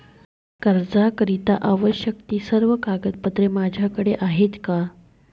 कर्जाकरीता आवश्यक ति सर्व कागदपत्रे माझ्याकडे आहेत का?